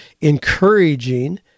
encouraging